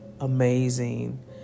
amazing